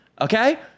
Okay